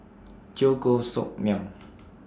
Teo Koh Sock Miang